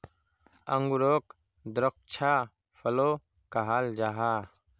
अन्गूरोक द्राक्षा फलो कहाल जाहा